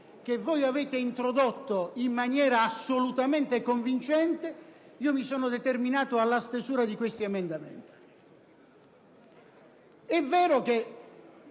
che voi avete introdotto in modo assolutamente convincente, mi sono determinato alla stesura di questi emendamenti.